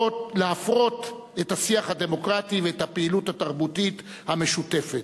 ולהפרות את השיח הדמוקרטי ואת הפעילות התרבותית המשותפת.